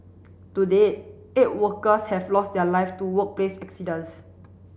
to date eight workers have lost their life to workplace accidents